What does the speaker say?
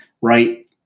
Right